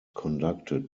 conducted